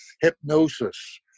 hypnosis